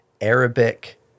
Arabic